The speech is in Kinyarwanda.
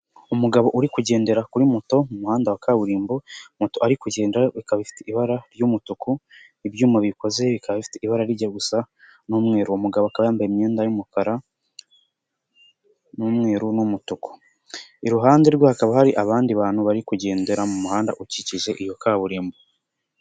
Umugabo uri kugendera kuri moto mu muhanda wa kaburimbo, muto ari kugendaho ikaba ifite ibara ry'umutuku, ibyuma biyikoze bikaba bifite ibara rijya gusa n'umweru, uwo mugabo akaba yambaye imyenda y'umukara n'umweru n'umutuku. Iruhande rwe hakaba hari abandi bantu bari kugendera mu muhanda ukikije iyo kaburimbo.